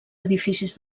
edificis